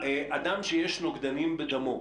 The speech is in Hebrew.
אדם יש נוגדנים בדמו,